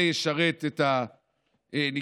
זה ישרת את הניקיון,